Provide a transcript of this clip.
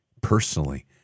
personally